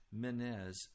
Menez